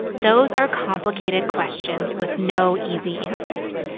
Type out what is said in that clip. those are complicated questions with no easy answers.